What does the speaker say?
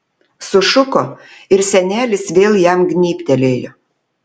sušuko ir senelis vėl jam gnybtelėjo